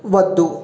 వద్దు